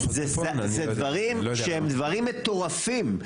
אלה דברים שהם דברים מטורפים.